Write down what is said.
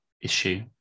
issue